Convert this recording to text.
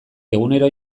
egunero